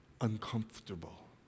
Uncomfortable